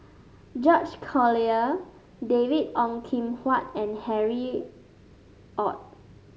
George Collyer David Ong Kim Huat and Harry Ord